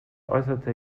äußerte